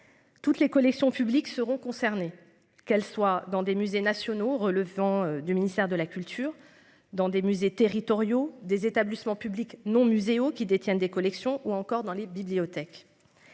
Toutes les collections publiques seront concernés, qu'elle soit dans des musées nationaux relevant du ministère de la culture dans des musées territoriaux des établissements publics non muséaux, qui détiennent des collections ou encore dans les bibliothèques.